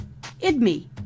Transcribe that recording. IDMI